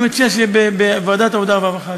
שזה יהיה בוועדת העבודה והרווחה,